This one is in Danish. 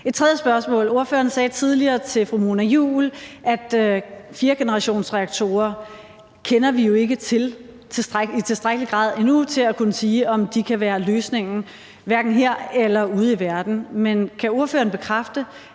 Et tredje spørgsmål: Ordføreren sagde tidligere til fru Mona Juul, at fjerdegenerationsreaktorer kender vi jo ikke til i tilstrækkelig grad endnu til at kunne sige, om de kan være løsningen, hverken her eller ude i verden. Men kan ordføreren bekræfte,